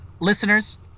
Listeners